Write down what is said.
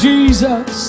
Jesus